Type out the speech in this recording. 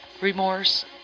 remorse